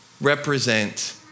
represent